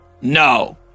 No